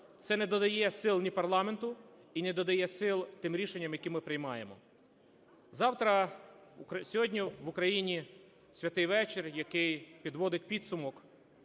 Це не додає сил ні парламенту, і не додає сил тим рішенням, які ми приймаємо. Завтра, сьогодні в Україні Святий вечір, який підводить підсумок